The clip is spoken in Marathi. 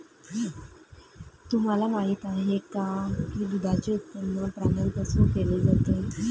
तुम्हाला माहित आहे का की दुधाचे उत्पादन प्राण्यांपासून केले जाते?